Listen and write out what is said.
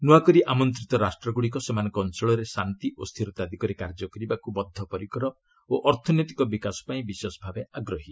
ନୂଆକରି ଆମନ୍ତିତ ରାଷ୍ଟ୍ରଗୁଡ଼ିକ ସେମାନଙ୍କ ଅଞ୍ଚଳରେ ଶାନ୍ତି ଓ ସ୍ଥିରତା ଦିଗରେ କାର୍ଯ୍ୟ କରିବାକୁ ବଦ୍ଧପରିକର ଓ ଅର୍ଥନୈତିକ ବିକାଶ ପାଇଁ ବିଶେଷ ଭାବେ ଆଗ୍ରହୀ